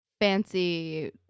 fancy